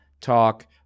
talk